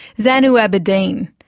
zanu aberdeen.